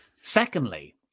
Secondly